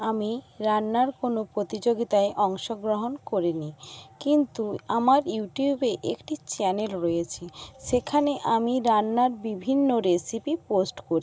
আমি রান্নার কোনো প্রতিযোগিতায় অংশগ্রহণ করিনি কিন্তু আমার ইউটিউবে একটি চ্যানেল রয়েছে সেখানে আমি রান্নার বিভিন্ন রেসিপি পোস্ট করি